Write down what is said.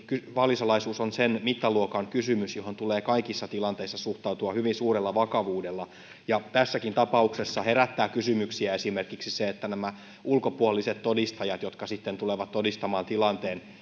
vaalisalaisuus on sen mittaluokan kysymys että siihen tulee kaikissa tilanteissa suhtautua hyvin suurella vakavuudella ja tässäkin tapauksessa herättää kysymyksiä esimerkiksi se keitä nämä ulkopuoliset todistajat jotka sitten tulevat todistamaan